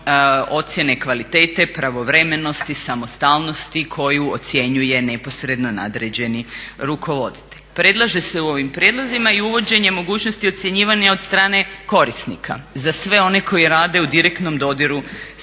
ocjene kvalitete, pravovremenosti, samostalnosti koju ocjenjuje neposredno nadređeni rukovoditelj. Predlaže se u ovim prijedlozima i uvođenje mogućnosti ocjenjivanja od strane korisnika za sve one koji rade u direktnom dodiru sa